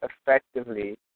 effectively